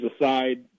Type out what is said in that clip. aside